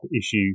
issue